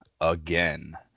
again